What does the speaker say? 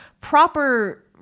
proper